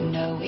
no